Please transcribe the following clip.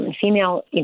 female